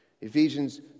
Ephesians